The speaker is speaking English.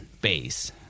base